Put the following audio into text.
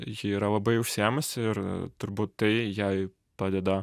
ji yra labai užsiėmusi ir turbūt tai jai padeda